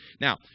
Now